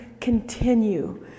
continue